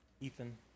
Ethan